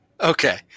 Okay